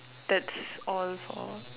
that's all for